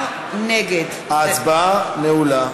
ההצבעה נעולה.